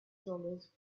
dollars